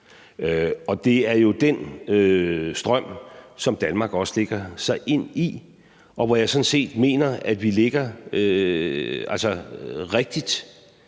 Og det er jo den strøm, som Danmark også lægger sig i, og hvor jeg sådan set mener at vi ligger rigtigt